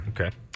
Okay